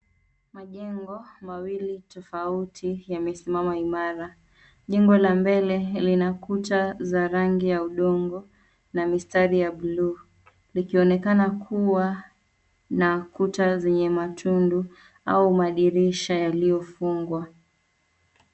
Majengo mawili tofauti yamesimama imara. Jengo la mbele lina kuta za rangi ya udongo na mistari ya bluu. Likionekana kuwa na kuta zenye matundu au madirisha yaliyo fungwa.